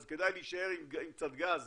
אז כדאי להישאר עם קצת גז